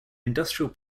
industrial